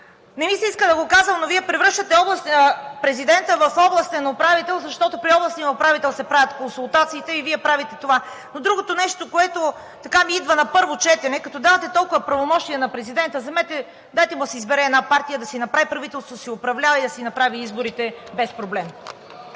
Не ми се иска да казвам, но Вие превръщате президента в областен управител, защото при областния управител се правят консултациите и Вие правите това. Другото нещо, което така ми идва на първо четене – като давате толкова правомощия на президента, дайте му да си избере една партия, да си направи правителство, да си управлява и да си направи изборите без проблем!